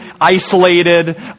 isolated